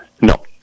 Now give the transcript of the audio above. No